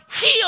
heal